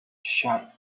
shot